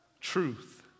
truth